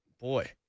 Boy